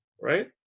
right